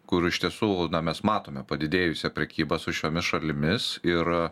kur iš tiesų mes matome padidėjusią prekybą su šiomis šalimis ir